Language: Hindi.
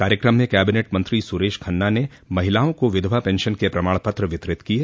कार्यक्रम में कैबिनेट मंत्री सुरेश खन्ना ने महिलाओं को विधवा पेंशन के प्रमाण पत्र वितरित किये